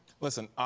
Listen